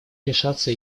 решаться